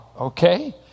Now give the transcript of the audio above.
okay